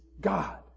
God